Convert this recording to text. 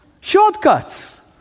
Shortcuts